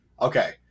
Okay